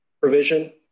provision